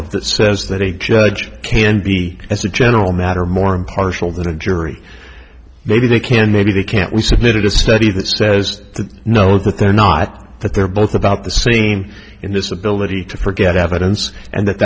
of that says that a judge can be as a general matter more impartial than a jury maybe they can maybe they can't we submitted a study that says no that they're not that they're both about the saying in this ability to forget evidence and that